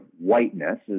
whiteness